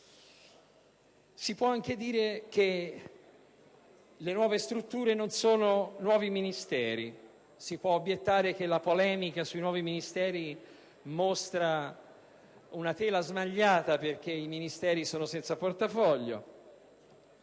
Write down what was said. Si può anche dire che le nuove strutture non sono nuovi Ministeri; si può obiettare che la polemica sui nuovi Ministeri mostra una tela smagliata, perché i Ministeri sono senza portafoglio.